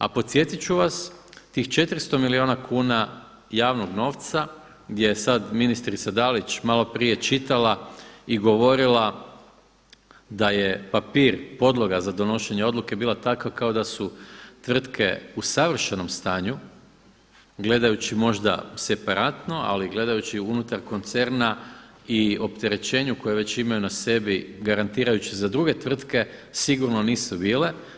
A podsjetit ću vas, tih 400 milijuna kuna javnog novca, gdje je sada ministrica Dalić maloprije čitala i govorila da je papir podloga za donošenje odluke bila takva kao da su tvrtke u savršenom stanju gledajući možda separatno, ali gledajući unutar koncerna i opterećenju koje već imaju na sebi garantirajući za druge tvrtke sigurno nisu bile.